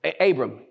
Abram